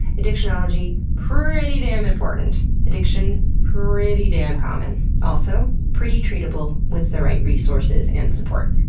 addictionology, pretty damn important. addiction, pretty damn common. also, pretty treatable with the right resources and support.